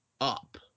up